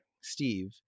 Steve